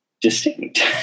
distinct